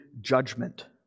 judgment